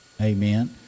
Amen